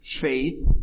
faith